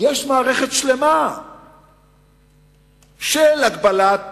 יש מערכת שלמה של הגבלת